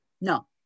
No